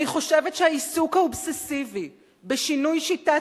אני חושבת שהעיסוק האובססיבי בשינוי שיטת